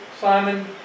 Simon